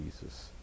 Jesus